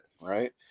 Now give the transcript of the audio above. Right